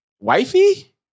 Wifey